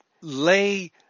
lay